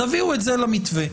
תביאו את זה למתווה.